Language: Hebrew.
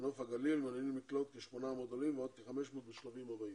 ונוף הגליל מעוניינים לקלוט כ-800 עולים ועוד כ-500 בשלבים הבאים.